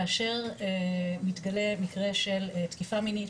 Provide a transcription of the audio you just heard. כאשר מתגלה מקרה של תקיפה מינית,